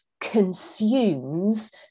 consumes